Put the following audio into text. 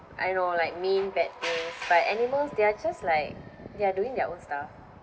I don't know like mean bad things but animals they're just like they're doing their own stuff